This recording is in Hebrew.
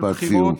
של בחירות.